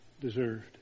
deserved